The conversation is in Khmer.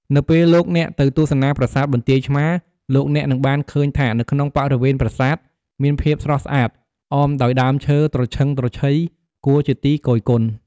នៅពេលលោកអ្នកទៅទស្សនាប្រាសាទបន្ទាយឆ្មារ លោកអ្នកនឹងបានឃើញថានៅក្នុងបរិវេណប្រាសាទ មានភាពស្រស់ស្អាត អមដោយដើមឈើត្រឈឹងត្រឈៃ គួរជាទីគយគន់។